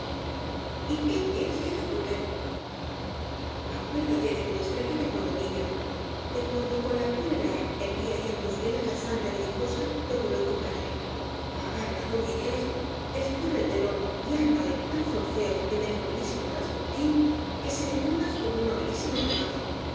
qué quieres que ejecute acuérdate de tu destreza de cuando niña de cuando con la cólera hervía ya en tus venas la sangre belicosa de tu heroico padre agarra á doña inés descorre el telón y ármale tal solfeo en el nobilísimo traspontín que se le pongas como un nobilísimo tomate